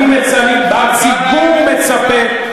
הציבור מצפה,